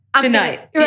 Tonight